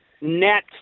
net